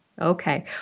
Okay